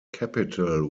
capital